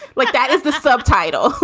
like that is the subtitle.